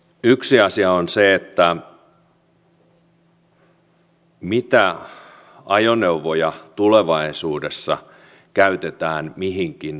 yksi asia on se mitä ajoneuvoja tulevaisuudessa käytetään mihinkin tarkoitukseen